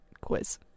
quiz